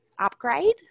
upgrade